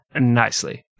nicely